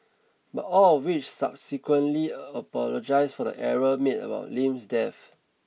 but all of which subsequently apologised for the error made about Lim's death